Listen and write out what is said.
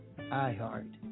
iHeart